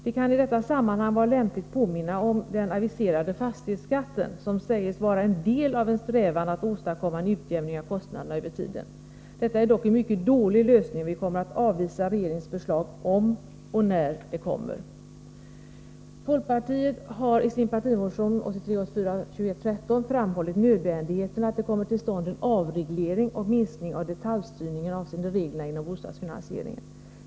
Det kan i detta sammanhang vara lämpligt att påminna om den aviserade fastighetsskatten, vilken sägs vara en del av en strävan att åstadkomma en utjämning av kostnaderna över tiden. Detta är dock en mycket dålig lösning, och vi kommer att avvisa regeringens förslag om, och när, ett sådant läggs fram. Folkpartiet har i partimotionen 1983/84:2113 framhållit nödvändigheten av att en avreglering och en minskning av detaljstyrningen kommer till stånd avseende reglerna inom bostadsfinansieringen.